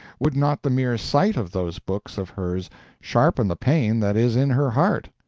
would not the mere sight of those books of hers sharpen the pain that is in her heart?